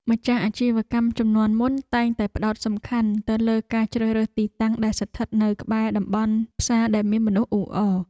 ម្ចាស់អាជីវកម្មជំនាន់មុនតែងតែផ្ដោតសំខាន់ទៅលើការជ្រើសរើសទីតាំងដែលស្ថិតនៅក្បែរតំបន់ផ្សារដែលមានមនុស្សអ៊ូអរ។